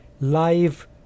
live